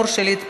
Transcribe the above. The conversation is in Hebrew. כן,